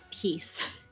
peace